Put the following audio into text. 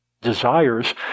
desires